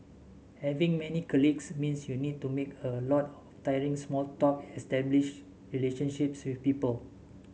having many colleagues means you need to make a lot tiring small talk establish relationships with people